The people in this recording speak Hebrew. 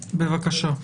בבקשה.